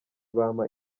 bampa